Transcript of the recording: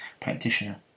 practitioner